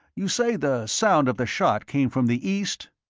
you say the sound of the shot came from the east?